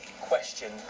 question